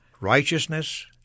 righteousness